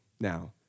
Now